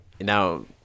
now